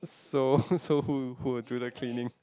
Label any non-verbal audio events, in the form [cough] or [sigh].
so [laughs] so who who will do the cleaning